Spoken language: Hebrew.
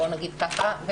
נגיד ככה,